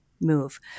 move